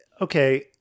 okay